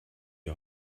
die